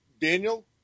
Daniel